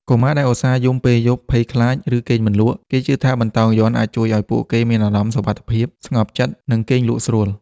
កុមារដែលឧស្សាហ៍យំពេលយប់ ភ័យខ្លាច ឬគេងមិនលក់ គេជឿថាបន្តោងយ័ន្តអាចជួយឱ្យពួកគេមានអារម្មណ៍សុវត្ថិភាព ស្ងប់ចិត្ត និងគេងលក់ស្រួល។